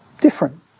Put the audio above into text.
different